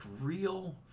real